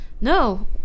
No